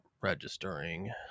registering